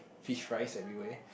fish fries everywhere